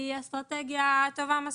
היא אסטרטגיה טובה מספיק?